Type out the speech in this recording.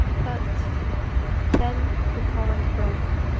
but then the torrent broke.